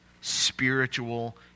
spiritual